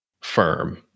firm